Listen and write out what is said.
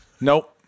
nope